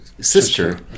sister